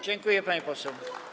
Dziękuję, pani poseł.